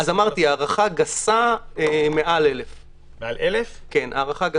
אמרתי בהערכה גסה: מעל 1,000. שוב,